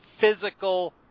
physical